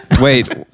Wait